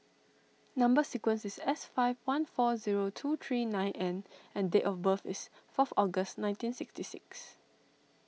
Number Sequence is S five one four zero two three nine N and date of birth is fourth August nineteen sixty six